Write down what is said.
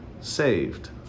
saved